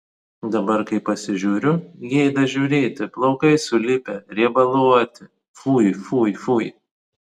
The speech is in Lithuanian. dabar kai pasižiūriu gėda žiūrėti plaukai sulipę riebaluoti fui fui fui